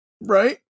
Right